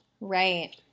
right